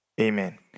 Amen